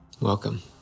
Welcome